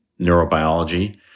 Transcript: neurobiology